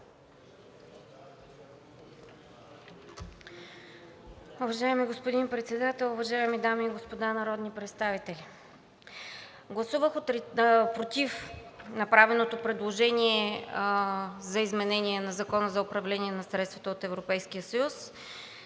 Уважаеми господин Председател, уважаеми дами и господа народни представители! Гласувах против направеното предложение за изменение на Закона за управление на средствата от Европейския съюз,